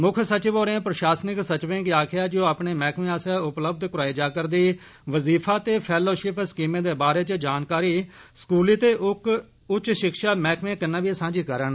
मुक्ख सचिव होरें प्रशासनिक सचिवें गी आक्खेया जे ओ अपने मैहकमे आसेया उपलब्ध कराई जारदियें वजीफा ते फेलोशिप स्कीमें दे बारै च जानकारी स्कूली ते उच्च शिक्षा मैहकमे कन्नै बी सांझी करन